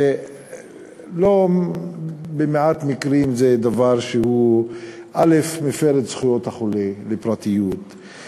בלא מעט מקרים זה דבר שמפר את זכויות החולה לפרטיות,